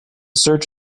search